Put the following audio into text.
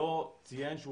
לא ציין שהוא